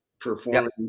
performing